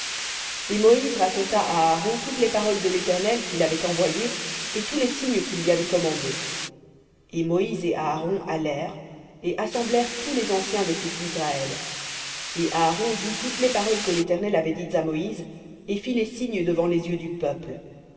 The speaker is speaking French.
et moïse raconta à aaron toutes les paroles de l'éternel qui l'avait envoyé et tous les signes qu'il lui avait commandés et moïse et aaron allèrent et assemblèrent tous les anciens des fils disraël et aaron dit toutes les paroles que l'éternel avait dites à moïse et fit les signes devant les yeux du peuple